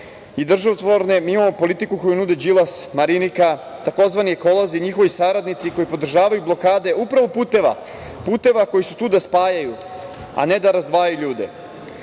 mi vodimo, mi imamo politiku koju nude Đilas, Marinika, takozvani ekolozi, njihovi saradnici koji podržavaju blokade, upravo puteva, puteva koji su tu da spajaju, a ne da razdvajaju ljude.